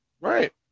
right